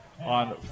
on